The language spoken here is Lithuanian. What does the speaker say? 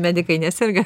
medikai neserga